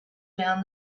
found